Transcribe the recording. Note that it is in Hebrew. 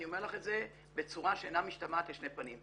אני אומר לך את זה בצורה שאינה משתמעת לשתי פנים.